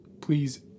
Please